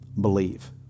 Believe